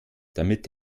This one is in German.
damit